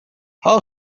how